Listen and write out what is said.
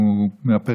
אם הוא מהפריפריה,